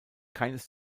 keines